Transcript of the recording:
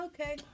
Okay